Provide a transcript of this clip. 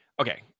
okay